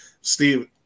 Steve –